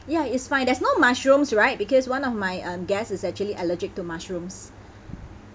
ya it's fine there's no mushrooms right because one of my uh guests is actually allergic to mushrooms